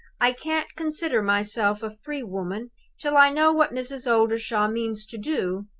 i can't consider myself a free woman till i know what mrs. oldershaw means to do.